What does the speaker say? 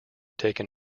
taken